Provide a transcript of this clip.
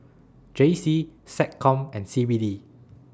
J C Seccom and C B D